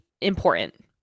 important